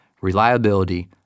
reliability